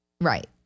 Right